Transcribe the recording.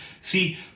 See